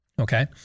Okay